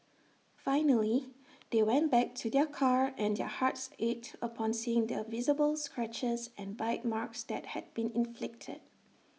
finally they went back to their car and their hearts ached upon seeing the visible scratches and bite marks that had been inflicted